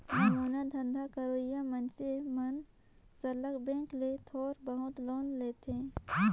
नानमुन धंधा करइया मइनसे मन सरलग बेंक ले थोर बहुत लोन लेथें